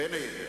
בין היתר.